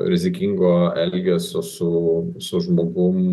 rizikingo elgesio su su žmogum